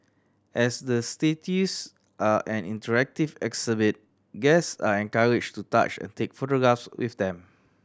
as the statues are an interactive exhibit guest are encouraged to touch and take photographs with them